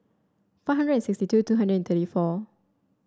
five hundred sixty two two hundred thirty four